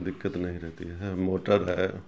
دقت نہیں رہتی ہے موٹر ہے